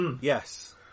Yes